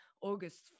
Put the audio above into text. August